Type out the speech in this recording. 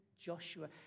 Joshua